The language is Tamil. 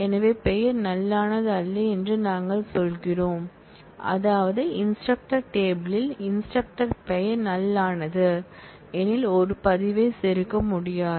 எனவே பெயர் நல் மானது அல்ல என்று நாங்கள் சொல்கிறோம் அதாவது இன்ஸ்ட்ரக்டர் டேபிள் யில் இன்ஸ்ட்ரக்டர் பெயர் நல் மானது எனில் ஒரு பதிவைச் செருக முடியாது